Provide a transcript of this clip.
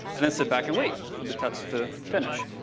and and sit back and wait for the test to finish.